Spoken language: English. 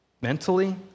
mentally